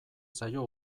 zaio